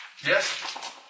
Yes